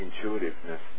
intuitiveness